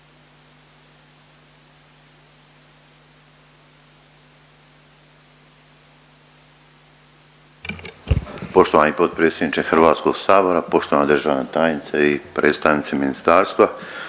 Poštovani potpredsjedniče Hrvatskog sabora, poštovana državna tajnice i predstavnici ministarstva.